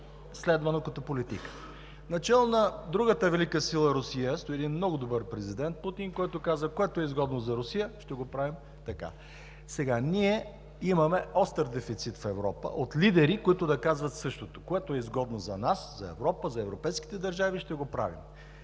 следвано като политика. Начело на другата велика сила – Русия, стои един много добър президент – Путин, който казва: което е изгодно за Русия, ще го правим така. Ние имаме остър дефицит в Европа от лидери, които да казват същото: което е изгодно за нас, за Европа, за европейските държави, ще го правим.